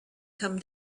come